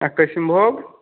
और किसिम भोग